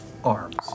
Arms